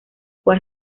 fue